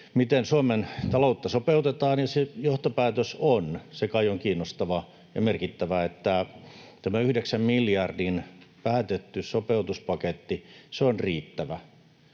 miten Suomen taloutta sopeutetaan. Ja se johtopäätös on — se kai on kiinnostavaa ja merkittävää — että tämä yhdeksän miljardin päätetty sopeutuspaketti on riittävä.